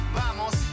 vamos